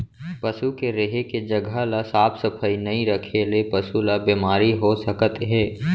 पसू के रेहे के जघा ल साफ सफई नइ रखे ले पसु ल बेमारी हो सकत हे